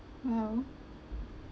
oh